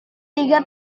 tiga